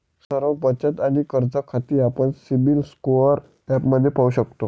सर्व बचत आणि कर्ज खाती आपण सिबिल स्कोअर ॲपमध्ये पाहू शकतो